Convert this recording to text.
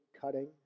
cutting